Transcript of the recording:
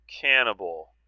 Cannibal